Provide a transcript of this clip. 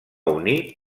unir